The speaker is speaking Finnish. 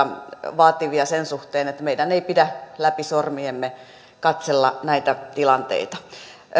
vaativia sen suhteen että meidän ei pidä läpi sormiemme katsella näitä tilanteita